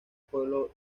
pueblo